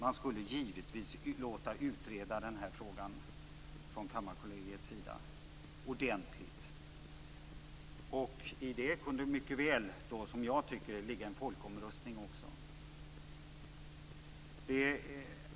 Man skulle givetvis låta utreda den här frågan ordentligt från Kammarkollegiets sida. I det kunde mycket väl, tycker jag, också ligga en folkomröstning.